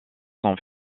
sont